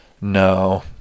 no